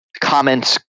comments